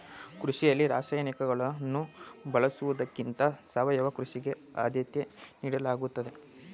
ಕೃಷಿಯಲ್ಲಿ ರಾಸಾಯನಿಕಗಳನ್ನು ಬಳಸುವುದಕ್ಕಿಂತ ಸಾವಯವ ಕೃಷಿಗೆ ಆದ್ಯತೆ ನೀಡಲಾಗುತ್ತದೆ